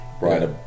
Right